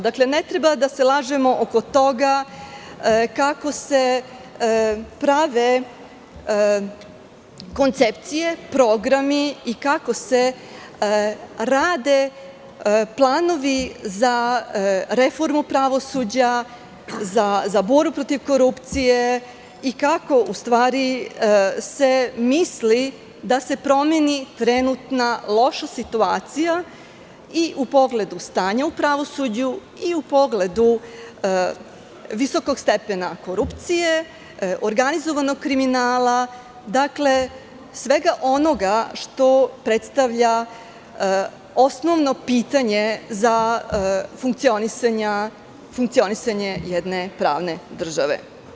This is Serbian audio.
Dakle, ne treba da se lažemo oko toga kako se prave koncepcije, programi i kako se rade planovi za reformu pravosuđa, za borbu protiv korupcije i kako u stvari se misli da se promeni trenutna loša situacija i u pogledu stanja u pravosuđu i u pogledu visokog stepena korupcije, organizovanog kriminala, dakle, svega onoga što predstavlja osnovno pitanje za funkcionisanje jedne pravne države.